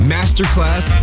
Masterclass